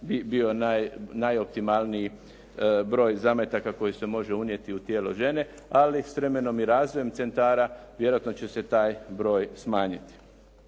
bio najoptimalniji broj zametaka koji se može unijeti u tijelo žene, ali s vremenom i razvojem centara vjerojatno će se taj broj smanjiti.